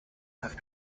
have